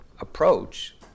approach